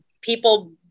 people